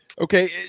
Okay